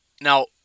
Now